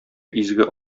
изге